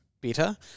better